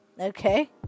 okay